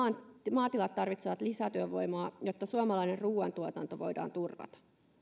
maatilat tarvitsevat lisätyövoimaa jotta suomalainen ruoantuotanto voidaan turvata